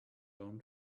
own